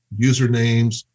usernames